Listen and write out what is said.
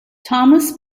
thomas